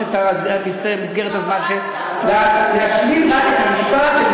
גברתי היושבת-ראש, תני לי לסיים את המשפט.